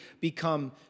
become